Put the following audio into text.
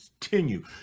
continue